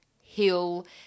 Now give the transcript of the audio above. hill